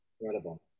Incredible